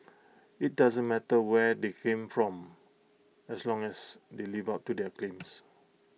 IT doesn't matter where they come from as long as they live up to their claims